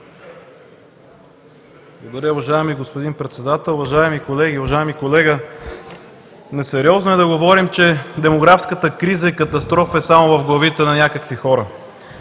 Благодаря. Уважаеми господин Председател, уважаеми колеги! Уважаеми колега, несериозно е да говорим, че демографската криза и катастрофа е само в главите на някакви хора,